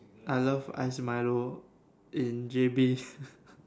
I love ice Milo in J_B